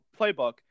playbook